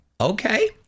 Okay